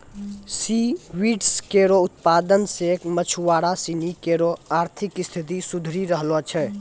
C weed केरो उत्पादन सें मछुआरा सिनी केरो आर्थिक स्थिति सुधरी रहलो छै